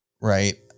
right